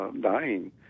dying